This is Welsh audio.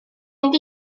mynd